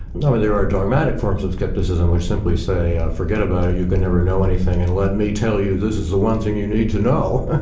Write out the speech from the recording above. and there are dramatic forms of scepticism would simply say, forget about it, you can never know anything, and let me tell you, this is the one thing you need to know.